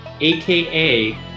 aka